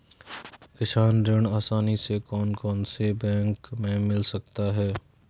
किसान ऋण आसानी से कौनसे बैंक से मिल सकता है?